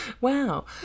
wow